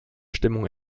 stimmung